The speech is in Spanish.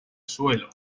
suelo